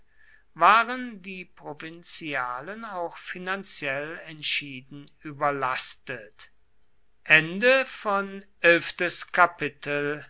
waren die provinzialen auch finanziell entschieden überlastet